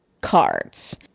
cards